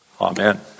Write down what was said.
Amen